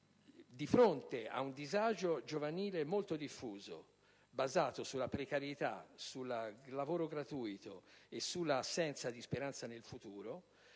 di fronte ad un disagio giovanile molto diffuso basato sulla precarietà, sul lavoro gratuito e sull'assenza di speranza per il futuro,